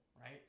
right